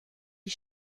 die